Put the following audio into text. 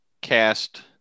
cast